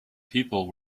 people